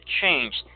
changed